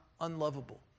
unlovable